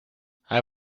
hij